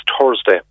Thursday